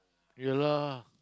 ya lah